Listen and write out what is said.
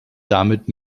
damit